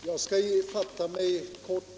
Herr talman! Jag skall fatta mig kort.